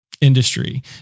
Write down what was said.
industry